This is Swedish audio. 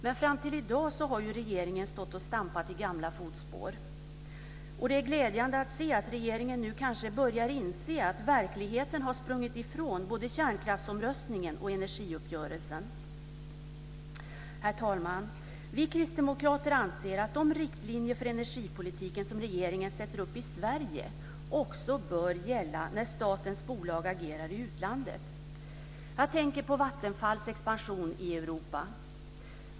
Men fram till i dag har regeringen stått och stampat i gamla fotspår. Det är glädjande att se att regeringen nu kanske börjar inse att verkligheten har sprungit ifrån både kärnkraftsomröstningen och energiuppgörelsen. Herr talman! Vi kristdemokrater anser att de riktlinjer för energipolitiken som regeringen sätter upp i Sverige också bör gälla när statens bolag agerar i utlandet. Jag tänker på Vattenfalls expansion i Europa.